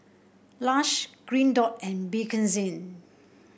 Lush Green Dot and Bakerzin